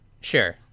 Sure